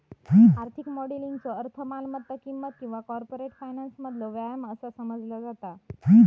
आर्थिक मॉडेलिंगचो अर्थ मालमत्ता किंमत किंवा कॉर्पोरेट फायनान्समधलो व्यायाम असा समजला जाता